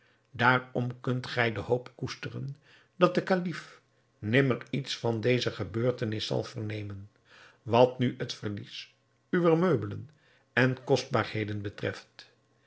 daarom kunt gij de hoop koesteren dat de kalif nimmer iets van deze gebeurtenis zal vernemen wat nu het verlies uwer meubelen en kostbaarheden betreft